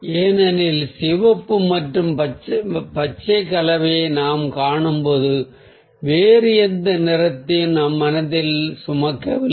ஏனெனில் சிவப்பு மற்றும் பச்சை கலவையை நாம் காணும்போது வேறு எந்த நிறத்தையும் நம் மனதில் சுமக்கவில்லை